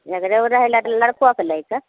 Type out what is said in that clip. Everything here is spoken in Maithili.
लगरौ रहै लड़कोके लै कऽ